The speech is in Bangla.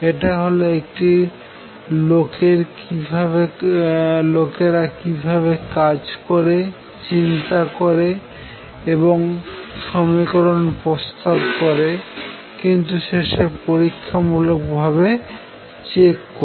এটি হল ঠিক লোকেরা কীভাবে কাজ করে চিন্তা করে এবং সমীকরণ প্রস্তাব করে কিন্তু শেষে পরিখামুলক ভাবে চেক করে